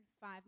five